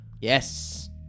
yes